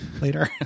later